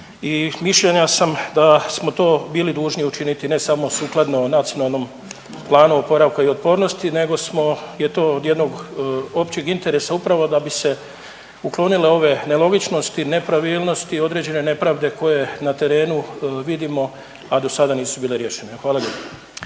i mišljenja sam da smo to bili dužni učiniti ne samo sukladno Nacionalnom planu oporavka i otpornosti nego smo, je to od jednog općeg interesa upravo da bi se uklonile ove nelogičnosti, nepravilnosti i određene nepravde koje na terenu vidimo, a dosada nisu bile riješene. Hvala